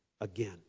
again